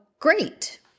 Great